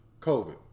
COVID